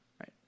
right